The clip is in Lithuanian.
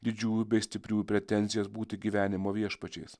didžiųjų bei stipriųjų pretenzijos būti gyvenimo viešpačiais